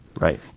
Right